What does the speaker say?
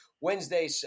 Wednesday